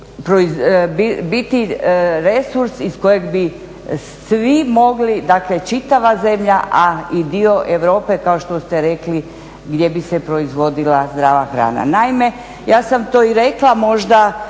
biti resurs iz kojeg bi svi mogli, dakle čitava zemlja, a i dio Europe kao što ste rekli gdje bi se proizvodila zdrava hrana.